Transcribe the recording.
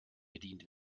bedient